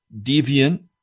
deviant